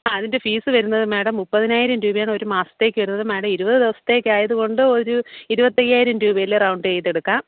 അതിൻ്റെ ഫീസ് വരുന്നത് മേടം മുപ്പതിനായിരം രൂപയാണ് ഒരു മാസത്തേക്ക് വരുന്നത് മേടം ഇരുപത് ദിവസത്തേക്കായതുകൊണ്ട് ഒരു ഇരുപത്തയ്യായിരം രൂപയില് റൌണ്ട് ചെയ്ത് എടുക്കാം